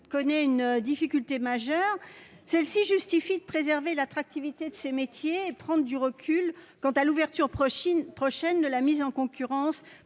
rencontre des difficultés majeures, il est juste de préserver l'attractivité de tels métiers et de prendre du recul quant à l'ouverture prochaine de la mise en concurrence